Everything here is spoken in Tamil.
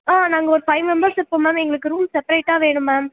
ஆ நாங்கள் ஒரு ஃபைவ் மெம்பர்ஸ் இருப்போம் மேம் எங்களுக்கு ரூம் செப்பரேட்டாக வேணும் மேம்